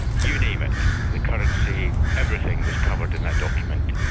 you name it, the currency, everything was covered in that document.